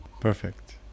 perfect